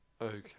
Okay